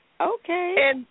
Okay